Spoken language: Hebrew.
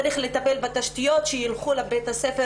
צריך לטפל בתשתיות כדי שיגיעו לבתי הספר